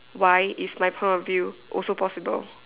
why is my point of view also possible